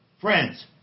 Friends